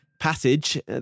passage